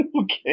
Okay